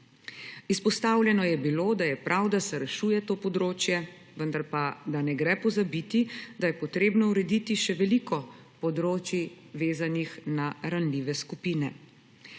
Izpostavljeno je bilo, da je prav, da se rešuje to področje, da pa vendar ne gre pozabiti, da je potrebno urediti še veliko področij, vezanih na ranljive skupine.